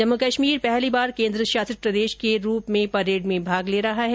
जम्मूकश्मीर पहली बार केन्द्र शासित प्रदेश के रूप में परेड में भाग ले रहा है